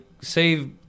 save